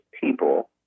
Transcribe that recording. people